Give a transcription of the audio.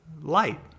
light